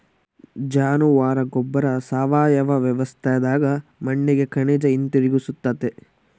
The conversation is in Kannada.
ಜಾನುವಾರ ಗೊಬ್ಬರ ಸಾವಯವ ವ್ಯವಸ್ಥ್ಯಾಗ ಮಣ್ಣಿಗೆ ಖನಿಜ ಹಿಂತಿರುಗಿಸ್ತತೆ